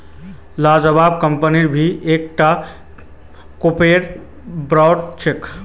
Lavazza company भी एक टा कोफीर ब्रांड छे